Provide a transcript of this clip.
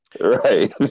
Right